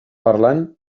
parlant